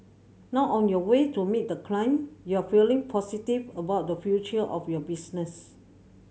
now on your way to meet the client you are feeling positive about the future of your business